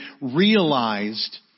realized